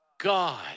God